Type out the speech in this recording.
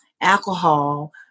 alcohol